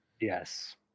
yes